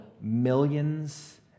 millions